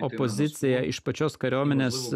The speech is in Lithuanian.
opozicija iš pačios kariuomenės